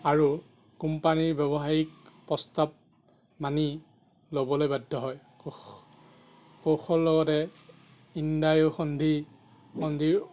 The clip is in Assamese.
আৰু কোম্পানীৰ ব্যৱসায়িক প্ৰস্তাৱ মানি ল'বলৈ বাধ্য হয় কৌশলৰ লগতে সন্ধি সন্ধিৰ